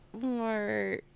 more